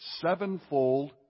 sevenfold